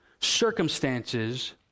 Circumstances